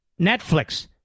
Netflix